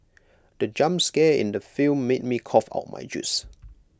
the jump scare in the film made me cough out my juice